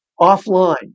offline